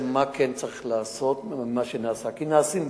זה מה כן צריך לעשות, כי נעשות פעולות.